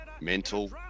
mental